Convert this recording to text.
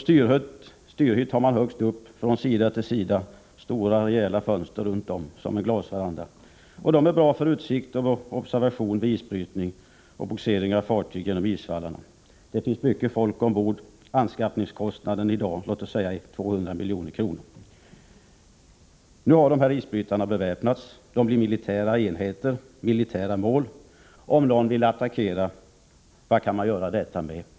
Styrhytten högst upp, som går från sida till sida, har stora rejäla fönster runt om, som en glasveranda. Det ger bra utsikt vid observation, isbrytning och bogsering av fartyg genom isvallar. Det finns mycket folk ombord. Anskaffningskostnaden är i dag ungefär 200 milj.kr. Nu har isbrytarna beväpnats. De har blivit militära enheter, militära mål. Om någon vill attackera, vad kan vederbörande då göra det med?